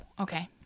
okay